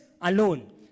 alone